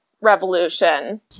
revolution